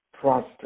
Trust